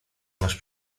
masz